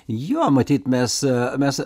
jo matyt mes mes